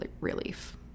relief